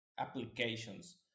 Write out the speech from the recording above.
applications